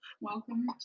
Welcome